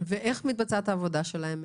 איך מתבצעת העבודה שלהם?